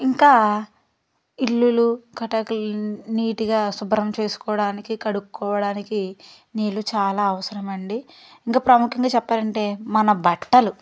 ఇంకా ఇళ్ళు కట్టకలు నీట్గా శుభ్రం చేసుకోవడానికి కడగడానికి నీళ్ళు చాలా అవసరం అండి ఇంక ప్రముఖంగా చెప్పాలంటే మన బట్టలు